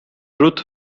ruth